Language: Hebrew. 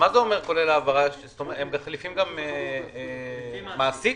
מחליפים גם מעסיק?